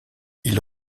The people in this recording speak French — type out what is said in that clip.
ils